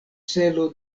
celo